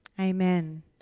Amen